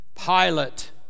Pilate